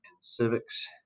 Civics